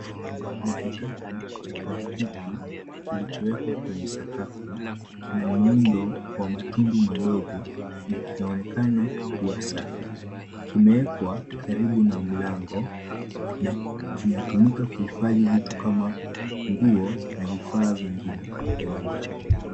Ni kikapu cha plastiki kilichowekwa kwenye sakafu, kina muundo wa matundu madogo na kinaonekana kuwa safi. Kimeekwa karibu na mlango na inatumika kuhifadhi vitu kama nguo na vifaa vingine vya nyumbani.